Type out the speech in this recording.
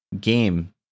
game